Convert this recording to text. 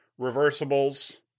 reversibles